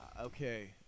okay